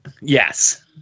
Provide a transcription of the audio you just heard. Yes